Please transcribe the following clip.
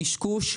קשקוש.